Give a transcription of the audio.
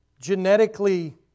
genetically